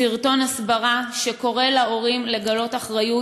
סרטון הסברה שקורא להורים לגלות אחריות